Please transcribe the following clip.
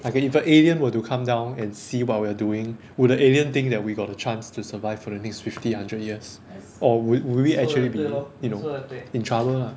like an if an alien were to come down and see what we're doing would the alien think that we got a chance to survive for the next fifty hundred years or would we actually be you know in trouble lah